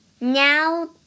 Now